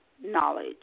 knowledge